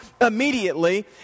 immediately